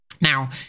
Now